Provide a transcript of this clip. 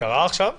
עד עכשיו זה קרה?